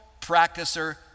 practicer